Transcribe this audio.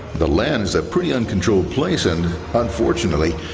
the lan is a pretty uncontrolled place, and unfortunately,